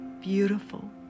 beautiful